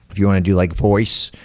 if you want to do like voice,